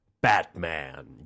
batman